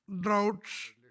Droughts